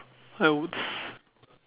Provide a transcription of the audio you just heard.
I would